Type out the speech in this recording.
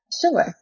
Sure